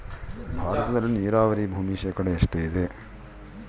ಭಾರತದಲ್ಲಿ ನೇರಾವರಿ ಭೂಮಿ ಶೇಕಡ ಎಷ್ಟು ಇದೆ?